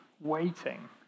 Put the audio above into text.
waiting